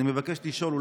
אני מבקש לשאול,